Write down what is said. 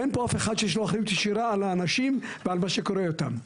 אין פה אף אחד שיש לו אחריות ישירה על האנשים ועל מה שקורה איתם.